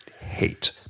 hate